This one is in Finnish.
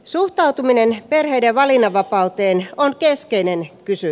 suhtautuminen perheiden valinnanvapauteen on keskeinen kysyy